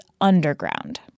underground